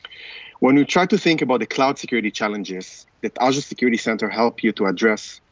when you try to think about the cloud security challenges that azure security center help you to address,